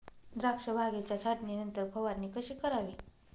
द्राक्ष बागेच्या छाटणीनंतर फवारणी कशी करावी?